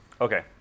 Okay